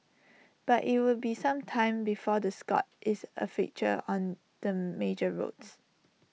but IT will be some time before the Scot is A fixture on the major roads